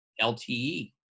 LTE